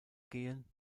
gehen